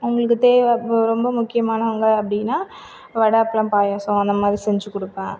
அவங்களுக்கு தேவை ரொம்ப முக்கியமானவங்கள் அப்படினா வடை அப்பளம் பாயாசம் அந்தமாதிரி செஞ்சு கொடுப்பேன்